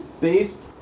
based